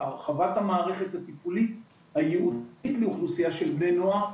הרחבת המערכת הטיפולית הייעודית לאוכלוסיה של בני נוער,